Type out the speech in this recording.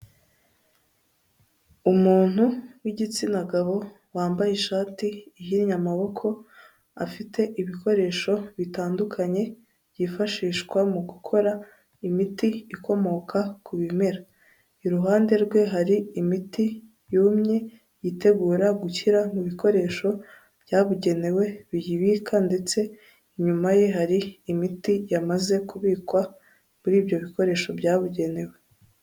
Umuntu w'igitsina gabo wambaye ishati ihinnye amaboko, afite ibikoresho bitandukanye byifashishwa mu gukora imiti ikomoka ku bimera, iruhande rwe hari imiti yumye yitegura gushyira mu bikoresho byabugenewe biyibika ndetse inyuma ye hari imiti yamaze kubikwa muri ibyo bikoresho byabugenewe.